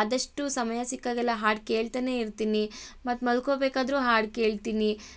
ಆದಷ್ಟು ಸಮಯ ಸಿಕ್ಕಾಗೆಲ್ಲ ಹಾಡು ಕೇಳ್ತಾನೆ ಇರ್ತೀನಿ ಮತ್ತು ಮಲ್ಕೊಬೇಕಾದರೂ ಹಾಡು ಕೇಳ್ತೀನಿ